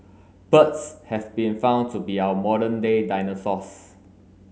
birds have been found to be our modern day dinosaurs